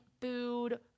food